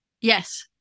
Yes